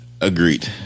Agreed